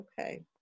Okay